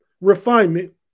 refinement